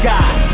God